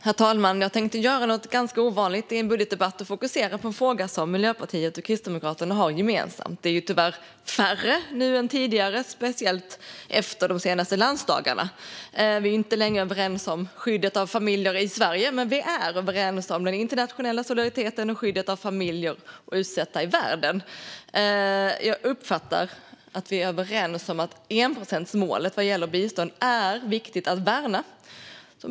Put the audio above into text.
Herr talman! Jag tänkte göra någonting ganska ovanligt i en budgetdebatt som att fokusera på en fråga som Miljöpartiet och Kristdemokraterna har gemensamt. De frågorna är tyvärr färre nu än tidigare, speciellt efter de senaste landsdagarna. Vi är inte längre överens om skyddet av familjer i Sverige. Men vi är överens om den internationella solidariteten och skyddet av familjer och utsatta i världen. Jag uppfattar att vi är överens om att enprocentsmålet vad gäller bistånd är viktigt att värna.